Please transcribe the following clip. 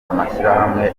amashyirahamwe